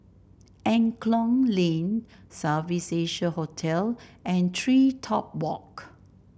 Angklong Lane South Asia Hotel and TreeTop Walk